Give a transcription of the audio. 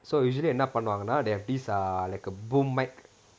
so usually என்ன பண்ணுவாங்கன்னா:enna pannuvaanganna they have these err like a boom microphone